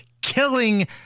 killing